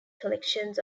collections